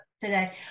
today